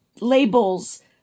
labels